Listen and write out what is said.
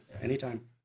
Anytime